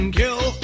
kill